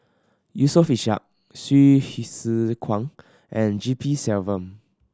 Yusof Ishak Hsu Tse Kwang and G P Selvam